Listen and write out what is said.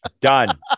Done